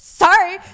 Sorry